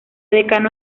decano